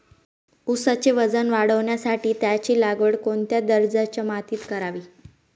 ऊसाचे वजन वाढवण्यासाठी त्याची लागवड कोणत्या दर्जाच्या मातीत करावी?